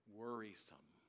worrisome